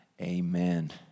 Amen